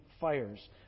fires